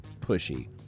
pushy